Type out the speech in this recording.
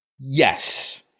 Yes